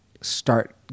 start